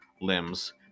limbs